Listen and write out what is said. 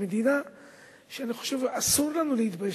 במדינה שאני חושב שאסור לנו להתבייש